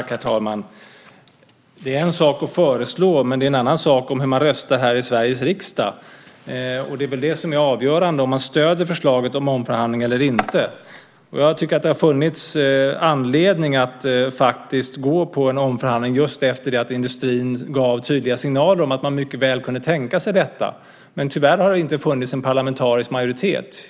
Herr talman! Det är en sak att föreslå. Det är en annan sak hur man röstar här i Sveriges riksdag. Det är väl det som är avgörande, om man stöder förslaget om omförhandling eller inte. Jag tycker att det har funnits anledning att faktiskt gå på en omförhandling just efter det att industrin gav tydliga signaler om att man mycket väl kunde tänka sig detta. Men tyvärr har det inte funnits en parlamentarisk majoritet.